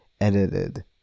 edited